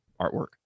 artwork